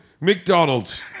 McDonald's